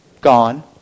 gone